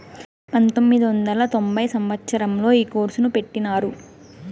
పంతొమ్మిది వందల తొంభై సంవచ్చరంలో ఈ కోర్సును పెట్టినారు